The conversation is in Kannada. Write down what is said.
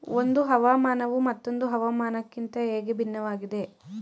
ಒಂದು ಹವಾಮಾನವು ಮತ್ತೊಂದು ಹವಾಮಾನಕಿಂತ ಹೇಗೆ ಭಿನ್ನವಾಗಿದೆ?